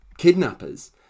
Kidnappers